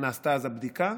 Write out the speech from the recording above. נעשתה אז הבדיקה.